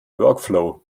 workflow